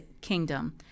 kingdom